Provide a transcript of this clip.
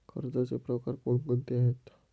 कर्जाचे प्रकार कोणकोणते आहेत?